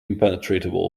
impenetrable